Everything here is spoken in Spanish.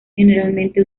generalmente